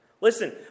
Listen